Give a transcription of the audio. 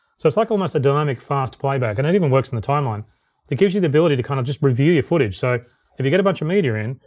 so it's like almost a dynamic fast playback, and it even works in the timeline. but it gives you the ability to kind of just review your footage. so if you get a bunch of media in,